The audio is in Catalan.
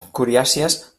coriàcies